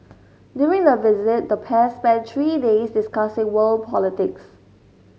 during the visit the pair spent three days discussing world politics